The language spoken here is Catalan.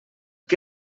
que